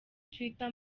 twitter